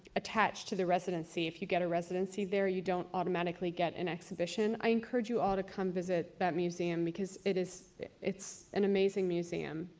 attached to the residency. if you get a residency there, you don't automatically get an exhibition. i encourage you all to come visit that museum, because it is an amazing museum.